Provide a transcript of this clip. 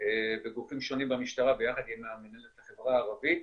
בגופים שונים במשטרה ביחד עם מנהלת החברה הערבית.